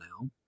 now